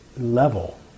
level